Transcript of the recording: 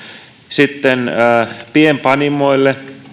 sitten pienpanimoille